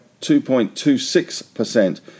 2.26%